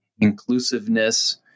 inclusiveness